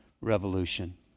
revolution